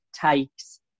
takes